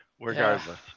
regardless